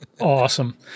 Awesome